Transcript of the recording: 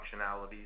functionalities